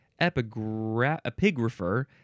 epigrapher